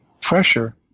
pressure